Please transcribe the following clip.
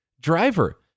driver